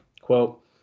quote